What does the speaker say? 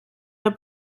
der